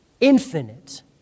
Infinite